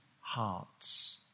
hearts